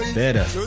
better